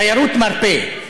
תיירות מרפא.